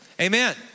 Amen